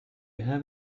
have